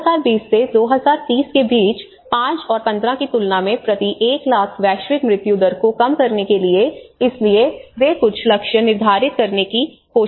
2020 से 2030 के बीच 5 और 15 की तुलना में प्रति 1 लाख वैश्विक मृत्यु दर को कम करने के लिए इसलिए वे कुछ लक्ष्य निर्धारित करने की कोशिश कर रहे हैं